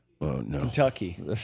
Kentucky